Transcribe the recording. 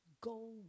go